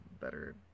better